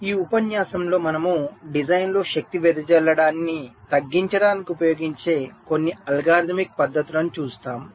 ఈ ఉపన్యాసంలో మనము డిజైన్లో శక్తి వెదజల్లడాన్ని తగ్గించడానికి ఉపయోగించే కొన్ని అల్గోరిథమిక్ పద్ధతులను చూస్తాము